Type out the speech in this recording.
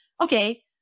okay